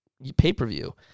pay-per-view